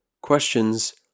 Questions